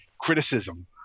criticism